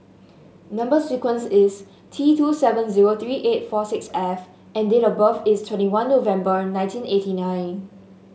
number sequence is T two seven zero three eight four six F and date of birth is twenty one November nineteen eighty nine